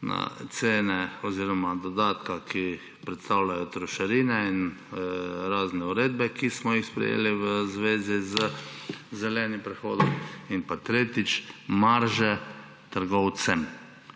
cene oziroma dodatka, ki ga predstavljajo trošarine in razne uredbe, ki smo jih sprejeli v zvezi z zelenim prehodom, in pa tretjič, iz marže trgovcem.